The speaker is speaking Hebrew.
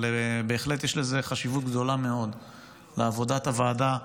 אבל בהחלט יש חשיבות גדולה מאוד לעבודת הוועדה.